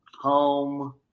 home